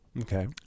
Okay